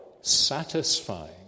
satisfying